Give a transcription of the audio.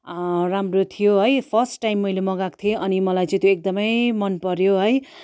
राम्रो थियो है फर्स्ट टाइम मैले मगाएको थिएँ अनि मलाई चाहिँ त्यो एकदमै मन पर्यो है